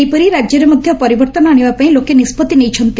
ସେହିପରି ରାକ୍ୟରେ ମଧ୍ଧ ପରିବର୍ଭନ ଆଶିବା ପାଇଁ ଲୋକ ନିଷ୍ବଉ୍ତି ନେଇଛନ୍ତି